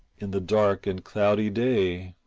in the dark and cloudy day.